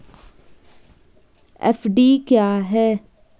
FD क्या है?